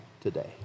today